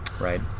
Right